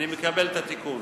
אני מקבל את התיקון.